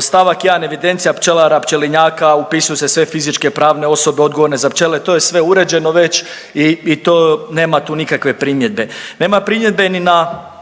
stavak 1. evidencija pčelara, pčelinjaka, upisuju se sve fizičke, pravne osobe odgovorne za pčele to je sve uređeno već i to nema, nema tu nikakve primjedbe. Nema primjedbe ni na,